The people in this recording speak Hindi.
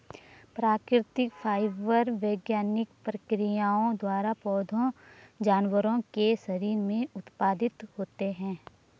प्राकृतिक फाइबर भूवैज्ञानिक प्रक्रियाओं द्वारा पौधों जानवरों के शरीर से उत्पादित होते हैं